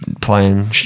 playing